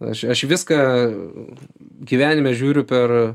aš aš į viską gyvenime žiūriu per